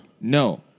No